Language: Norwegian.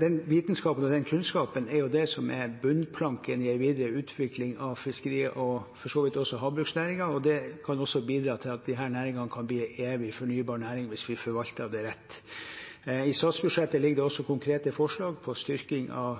Den vitenskapen og den kunnskapen er jo det som er bunnplanken i en videre utvikling av fiskerinæringen, og for så vidt også havbruksnæringen, og det kan også bidra til at disse næringene kan bli evige fornybare næringer, hvis vi forvalter det rett. I statsbudsjettet ligger det også konkrete forslag til styrking av